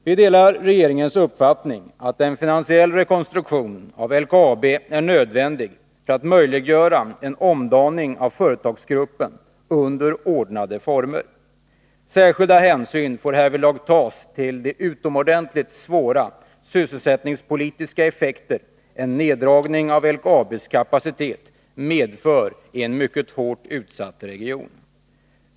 Vi delar regeringens uppfattning att en finansiell rekonstruktion av LKAB är nödvändig för att möjliggöra en omdaning av företagsgruppen under ordnade former. Särskilda hänsyn får härvidlag tas till de utomordentligt svåra sysselsättningspolitiska effekter en neddragning av LKAB:s kapacitet medför i en mycket hårt utsatt region.